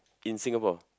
in Singapore